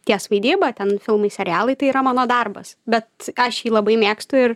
ties vaidyba ten filmai serialai tai yra mano darbas bet aš jį labai mėgstu ir